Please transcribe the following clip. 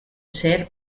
ser